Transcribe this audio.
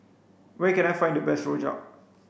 where can I find the best Rojak